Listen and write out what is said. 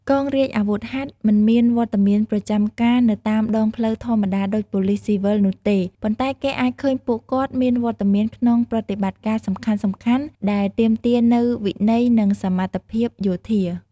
កងរាជអាវុធហត្ថមិនមានវត្តមានប្រចាំការនៅតាមដងផ្លូវធម្មតាដូចប៉ូលិសស៊ីវិលនោះទេ ប៉ុន្តែគេអាចឃើញពួកគាត់មានវត្តមានក្នុងប្រតិបត្តិការសំខាន់ៗដែលទាមទារនូវវិន័យនិងសមត្ថភាពយោធា។